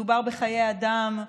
מדובר בחיי אדם.